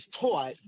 taught